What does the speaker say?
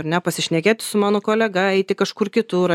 ar ne pasišnekėti su mano kolega eiti kažkur kitur